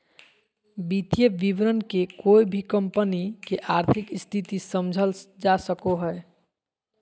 वित्तीय विवरण से कोय भी कम्पनी के आर्थिक स्थिति समझल जा सको हय